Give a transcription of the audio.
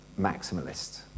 maximalist